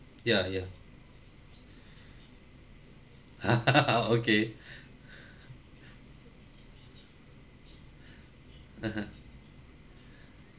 ya ya okay (uh huh)